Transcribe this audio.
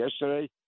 yesterday